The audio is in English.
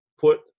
Put